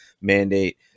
mandate